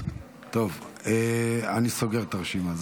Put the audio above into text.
אני סוגר את הרשימה.